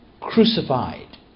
crucified